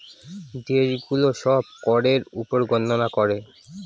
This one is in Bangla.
দেশে গুলো সব করের উপর গননা করে